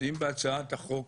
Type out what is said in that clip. אם בהצעת החוק